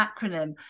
acronym